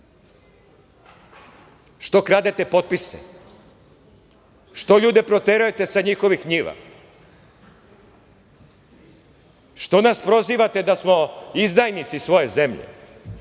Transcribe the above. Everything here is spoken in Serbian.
Što kradete potpise? Što ljude proterujete sa njihovih njiva? Što nas prozivate da smo izdajnici svoje zemlje?